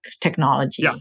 technology